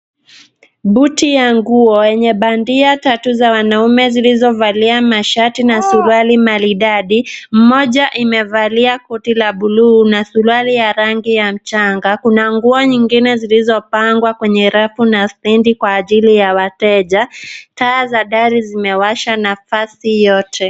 Buti ya nguo yenye bandia tatu za wanaume zilizovalia mashati na suruali maridadi. Moja imevalia koti la buluu na suruali ya rangi ya mchanga. Kuna nguo nyingine zilizopangwa kwenye rafu na stendi kwa ajili ya wateja. Taa za dari zimewasha nafasi yote.